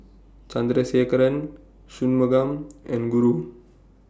Chandrasekaran Shunmugam and Guru